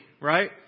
right